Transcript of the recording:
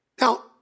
Now